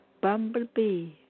bumblebee